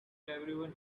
everyone